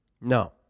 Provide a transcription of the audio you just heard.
No